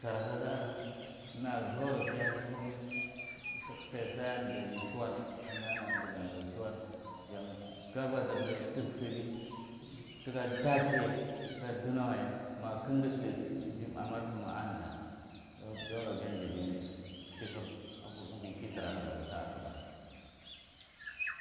Karaka ga aran na jauro kiya shirfene sosai jati chuwar chiwar kam umda nuwala ti gamarghi jan ga badirye tik sidiye tika datiye tika duno waye maja kungudti amir fur ma amthu soro jatinai shefe umvi ka a tira a kom daga.